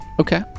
Okay